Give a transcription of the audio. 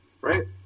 Right